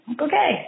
Okay